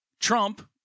Trump